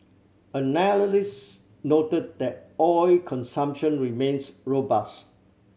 analyst noted that oil consumption remains robust